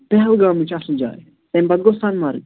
پہلگام چھِ اَصٕل جاے تَمہِ پَتہٕ گوٚو سۅنہٕ مرگ